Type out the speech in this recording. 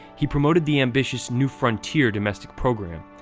he promoted the ambitious new frontier domestic program,